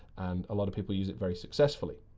and a lot of people use it very successfully.